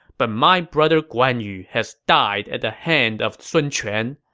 but my brother guan yu has died at the hand of sun quan.